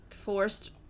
forced